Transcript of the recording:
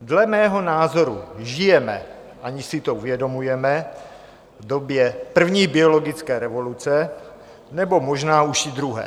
Dle mého názoru žijeme aniž si to uvědomujeme v době první biologické revoluce nebo možná už i druhé.